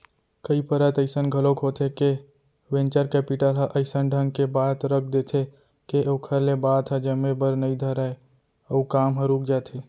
कई परत अइसन घलोक होथे के वेंचर कैपिटल ह अइसन ढंग के बात रख देथे के ओखर ले बात ह जमे बर नइ धरय अउ काम ह रुक जाथे